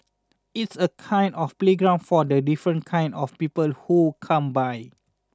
it's a kind of playground for the different kinds of people who come by